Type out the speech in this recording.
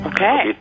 Okay